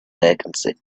vacancy